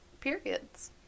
periods